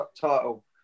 title